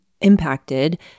impacted